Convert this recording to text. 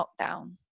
lockdown